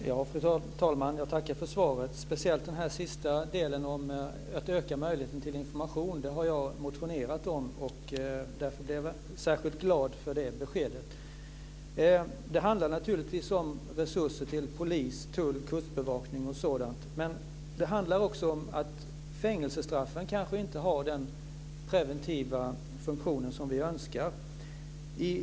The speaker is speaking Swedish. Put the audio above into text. Fru talman! Jag tackar för svaret. Speciellt den sista delen om att öka möjligheten till information. Det har jag motionerat om. Därför blev jag särskilt glad över det beskedet. Det handlar naturligtvis om resurser till polis, tull, kustbevakning och sådant. Men det handlar också om att fängelsestraffen kanske inte har den preventiva funktion som vi önskar.